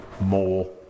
more